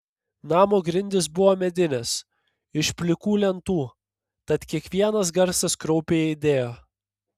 namo grindys buvo medinės iš plikų lentų tad kiekvienas garsas kraupiai aidėjo